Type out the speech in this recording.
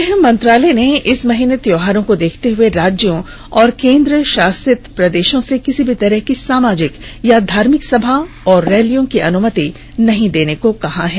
गृह मंत्रालय ने इस महीने त्योहारों को देखते हए राज्यों और केन्द्रशासित प्रदेशों से किसी भी तरह की सामाजिक या धार्मिक सभा और रैलियों की अनुमति नहीं देने को कहा है